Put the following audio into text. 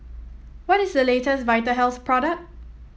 what is the latest Vitahealth product